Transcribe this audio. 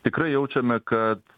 tikrai jaučiame kad